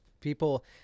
people